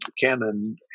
canon